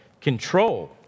control